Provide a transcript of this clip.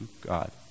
God